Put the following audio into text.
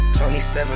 27